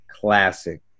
classic